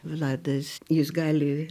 vladas jis gali